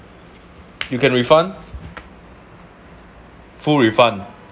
you can refund full refund